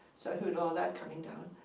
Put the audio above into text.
so i heard all that coming down.